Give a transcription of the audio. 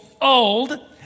old